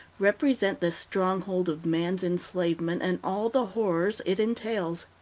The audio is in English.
represent the stronghold of man's enslavement and all the horrors it entails.